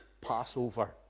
Passover